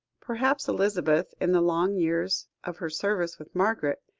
perhaps elizabeth, in the long years of her service with margaret,